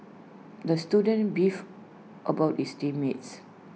the student beefed about his team mates